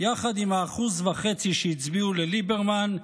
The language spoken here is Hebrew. יחד עם ה-1.5% שהצביעו לליברמן,